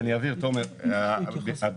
תומר, אני אבהיר.